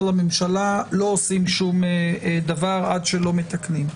לממשלה שלא עושים שום דבר עד שלא מתקנים.